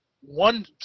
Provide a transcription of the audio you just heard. one